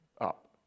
up